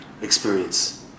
experience